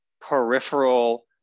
peripheral